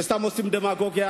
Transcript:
וסתם עושים דמגוגיה.